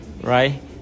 right